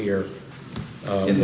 here in